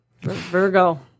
Virgo